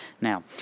Now